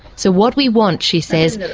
so what we want, she says,